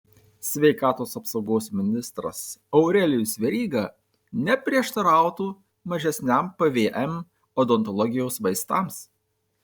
sveikatos apsaugos ministras aurelijus veryga neprieštarautų mažesniam pvm odontologijos vaistams